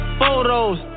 photos